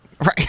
right